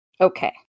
Okay